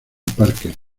parques